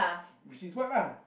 which is what lah